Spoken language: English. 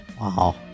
Wow